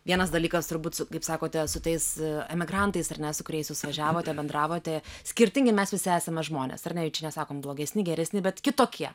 vienas dalykas turbūt kaip sakote su tais emigrantais ar ne su kuriais jūs važiavote bendravote skirtingi mes visi esame žmonės ar ne jau čia nesakome blogesni geresni bet kitokie